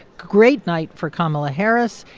great night for kamala harris.